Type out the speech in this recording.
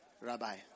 rabbi